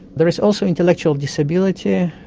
there is also intellectual disability,